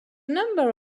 number